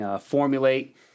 formulate